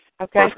Okay